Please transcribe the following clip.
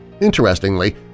Interestingly